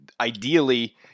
ideally